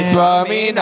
Swami